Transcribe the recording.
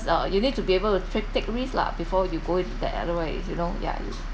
uh you need to be able to ta~ take risk lah before you go in that other ways you know yeah you